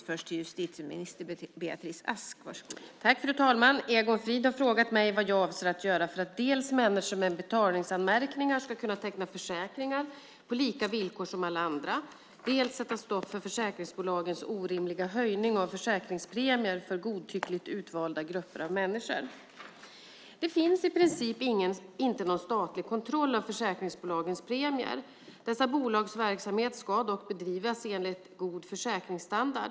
Fru talman! Egon Frid har frågat mig vad jag avser att göra dels för att människor med betalningsanmärkningar ska kunna teckna försäkringar på lika villkor som alla andra, dels för att sätta stopp för försäkringsbolagens orimliga höjning av försäkringspremier för godtyckligt utvalda grupper av människor. Det finns i princip inte någon statlig kontroll av försäkringsbolagens premier. Dessa bolags verksamhet ska dock bedrivas enligt god försäkringsstandard.